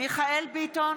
מיכאל מרדכי ביטון,